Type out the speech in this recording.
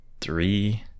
three